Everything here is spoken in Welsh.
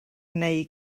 neu